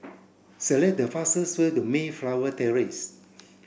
select the fastest way to Mayflower Terrace